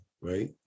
right